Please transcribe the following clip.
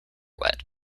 wet